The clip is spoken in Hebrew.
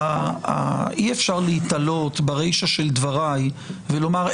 אי אפשר להיתלות ברישה של דבריי ולומר,